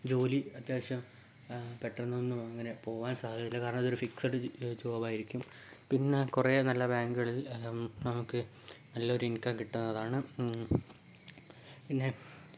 ജോലി അത്യാവശ്യം പെട്ടന്നൊന്നും അങ്ങനെ പോവാൻ സാധ്യതയില്ല കാരണം ഇതൊരു ഫിക്സഡ് ജോബ് ആയിരിക്കും പിന്നെ കുറെ നല്ല ബാങ്കുകളിൽ നമുക്ക് നല്ലൊരു ഇൻകം കിട്ടുന്നതാണ് പിന്നെ